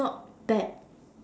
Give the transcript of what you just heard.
not bad